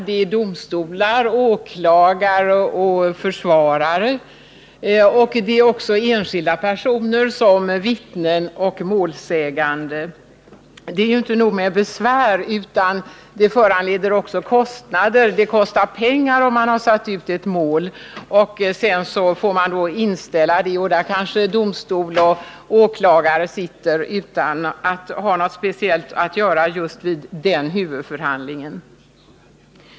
Det är domstolar, åklagare och försvarare samt enskilda personer såsom vittnen och målsägande som berörs. Det är inte nog med att det vållar besvär att den tilltalade inte kommer, utan det föranleder också kostnader. Det kostar pengar när man har satt ut ett mål. Får man sedan inställa det, sitter kanske domstol och åklagare där utan att ha något speciellt att göra just vid den huvudförhandlingen.